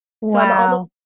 wow